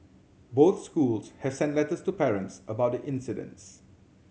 both schools have sent letters to parents about the incidents